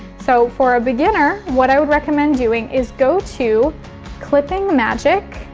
so for a beginner what i would recommend doing is go to clippingmagic